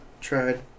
tried